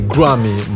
Grammy